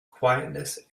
quietness